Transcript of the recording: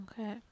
Okay